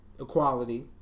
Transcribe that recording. equality